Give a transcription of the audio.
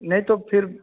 नहीं तो फिर